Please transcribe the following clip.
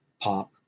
pop